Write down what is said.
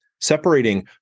Separating